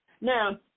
Now